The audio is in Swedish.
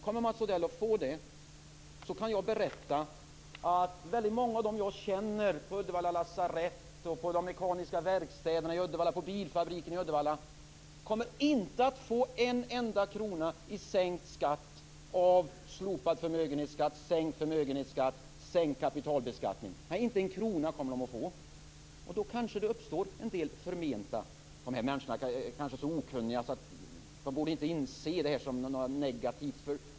Kommer Mats Odell att få det kan jag berätta att väldigt många av dem jag känner på Uddevalla lasarett, på de mekaniska verkstäderna i Uddevalla och på bilfabriken i Uddevalla inte kommer att få en enda krona i sänkt skatt av slopad förmögenhetsskatt, sänkt förmögenhetsskatt och sänkt kapitalbeskattning. Inte en krona kommer de att få. Då kanske det uppstår en del förmenta negativa effekter. De här människorna kanske är så okunniga att de inte inser att det är något negativt.